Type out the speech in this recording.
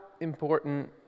important